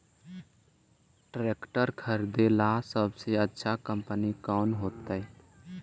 Tractor खरीदेला सबसे अच्छा कंपनी कौन होतई?